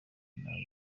ntabwo